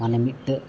ᱢᱟᱱᱮ ᱢᱤᱫᱴᱟᱝ